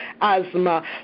asthma